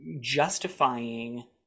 justifying